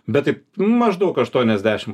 bet taip maždaug aštuoniasdešim